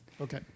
Okay